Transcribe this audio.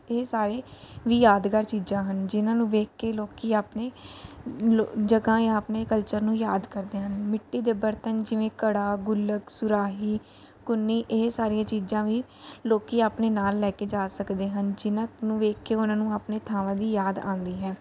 ਇਹ ਸਾਰੇ ਵੀ ਯਾਦਗਾਰ ਚੀਜ਼ਾਂ ਹਨ ਜਿਨ੍ਹਾਂ ਨੂੰ ਵੇਖ ਕੇ ਲੋਕ ਆਪਣੇ ਲੋ ਜਗ੍ਹਾ ਜਾਂ ਆਪਣੇ ਕਲਚਰ ਨੂੰ ਯਾਦ ਕਰਦੇ ਹਨ ਮਿੱਟੀ ਦੇ ਬਰਤਨ ਜਿਵੇਂ ਘੜਾ ਗੋਲਕ ਸੁਰਾਹੀ ਕੁੰਨੀ ਇਹ ਸਾਰੀਆਂ ਚੀਜ਼ਾਂ ਵੀ ਲੋਕ ਆਪਣੇ ਨਾਲ ਲੈ ਕੇ ਜਾ ਸਕਦੇ ਹਨ ਜਿਨ੍ਹਾਂ ਨੂੰ ਵੇਖ ਕੇ ਉਹਨਾਂ ਨੂੰ ਆਪਣੇ ਥਾਵਾਂ ਦੀ ਯਾਦ ਆਉਂਦੀ ਹੈ